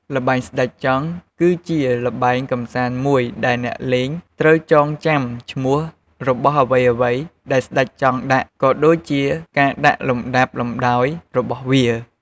ល្បែងស្តេចចង់ជាល្បែងកម្សាន្តមួយដែល អ្នកលេងត្រូវចងចាំឈ្មោះរបស់អ្វីៗដែលស្តេចចង់ដាក់ ក៏ដូចជាការដាក់លំដាប់លំដោយរបស់វា។